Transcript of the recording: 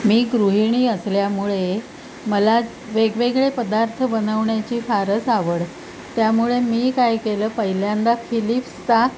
मी गृहिणी असल्यामुळे मला वेगवेगळे पदार्थ बनवण्याची फारच आवड त्यामुळे मी काय केलं पहिल्यांदा फिलिप्सचा